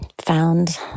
found